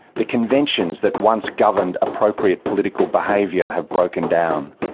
the conventions that once governed appropriate political behaviour have broken down.